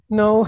no